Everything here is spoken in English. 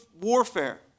warfare